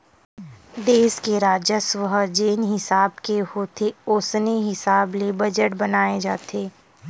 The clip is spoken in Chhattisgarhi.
देस के राजस्व ह जेन हिसाब के होथे ओसने हिसाब ले बजट बनाए जाथे